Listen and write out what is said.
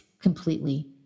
completely